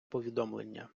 повідомлення